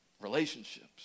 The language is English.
relationships